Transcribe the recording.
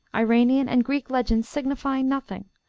iranian, and greek legends signify nothing,